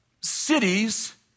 cities